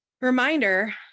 Reminder